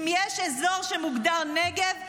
אם יש אזור שמוגדר נגב,